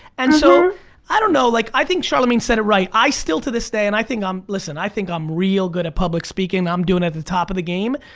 and so i don't know, like i think charlamagne said it right. i still to this day and i think i'm listen, i think i'm real good at public speaking. i'm doing at the top of the game.